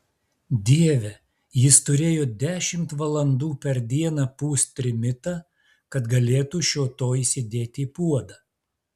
dieve jis turėjo dešimt valandų per dieną pūst trimitą kad galėtų šio to įsidėti į puodą